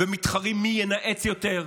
ומתחרים מי ינאץ יותר,